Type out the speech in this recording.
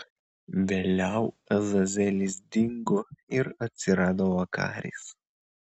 vėliau azazelis dingo ir atsirado vakaris